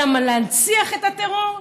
אלא להנציח את הטרור,